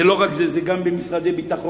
זה לא רק זה, זה גם במשרד הביטחון.